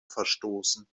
verstoßen